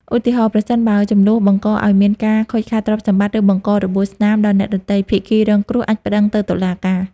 ឧទាហរណ៍ ប្រសិនបើជម្លោះបង្កឲ្យមានការខូចខាតទ្រព្យសម្បត្តិ ឬបង្ករបួសស្នាមដល់អ្នកដទៃ ភាគីរងគ្រោះអាចប្តឹងទៅតុលាការ។